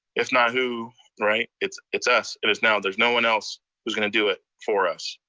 if not who, right? it's it's us, and it's now. there's no one else who's gonna do it for us.